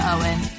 Owen